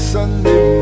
Sunday